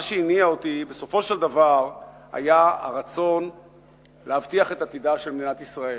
מה שהניע אותי בסופו של דבר היה הרצון להבטיח את עתידה של מדינת ישראל.